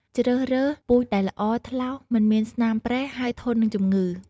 ជ្រើសរើសពូជដែលល្អ ថ្លោស មិនមានស្នាមប្រេះ ហើយធន់នឹងជំងឺ។